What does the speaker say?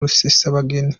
rusesabagina